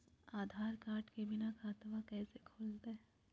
आधार card के बिना खाताबा कैसे खुल तय?